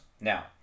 Now